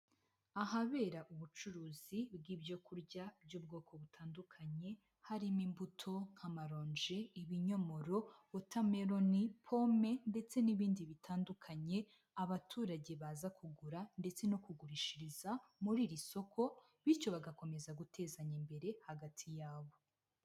Ahabera ubucuruzi bw'ibyo kurya by'ubwoko butandukanye harimo imbuto nka maronji, ibinyomoro, watermelon, pome ndetse n'ibindi bitandukanye abaturage baza kugura ndetse no kugurishiriza muri iri soko, bityo bagakomeza gutezanya imbere hagati yabo.